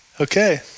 Okay